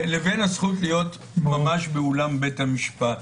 לבין הזכות להיות באולם בית המשפט.